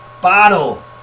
Bottle